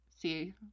See